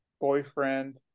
boyfriend